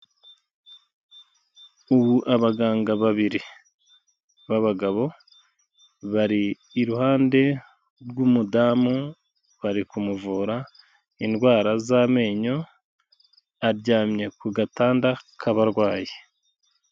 Ubu abaganga babiri b'abagabo bari iruhande rw'umudamu, bari kumuvura indwara z'amenyo aryamye ku gatanda k'abarwayi.